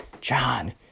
John